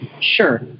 Sure